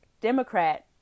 democrat